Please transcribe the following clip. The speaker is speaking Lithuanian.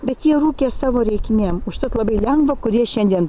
bet jie rūkė savo reikmėm užtat labai lengva kurie šiandien